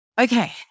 okay